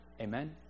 Amen